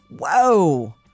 whoa